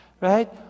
Right